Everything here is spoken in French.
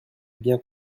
bien